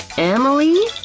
emily?